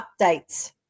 updates